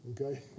okay